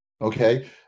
Okay